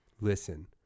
listen